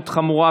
גמור.